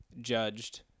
judged